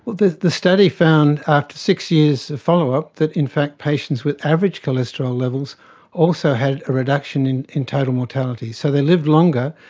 the the study found after six years of follow-up that in fact patients with average cholesterol levels also had a reduction in in total mortality. so they lived longer.